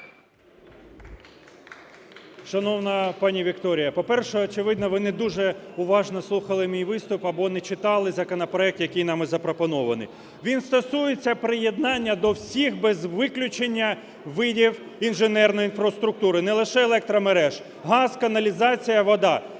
Шановна пані Вікторія, по-перше, очевидно, ви не дуже уважно слухали мій виступ або не читали законопроект, який нами запропонований. Він стосується приєднання до всіх без виключення видів інженерної інфраструктури – не лише електромереж – газ, каналізація, вода.